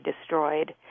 destroyed